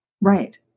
Right